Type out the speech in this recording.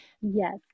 Yes